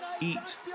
Eat